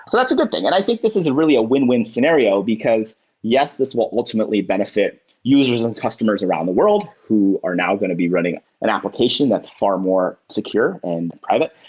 so that's a good thing. and i think this isn't a really a win-win scenario, because yes this will ultimately benefit users and customers around the world who are now going to be running an application that's far more secure and private,